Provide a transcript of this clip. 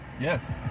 Yes